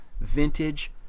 vintage